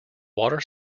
water